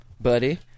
buddy